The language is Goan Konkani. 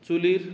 चुलीर